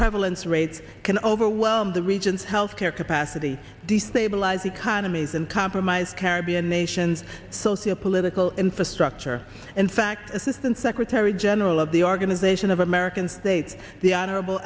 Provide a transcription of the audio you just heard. prevalence rates can overwhelm the region's health care capacity destabilize economies and compromised caribbean nations socio political infrastructure in fact assistant secretary general of the organization of american states the honorable